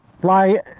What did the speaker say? fly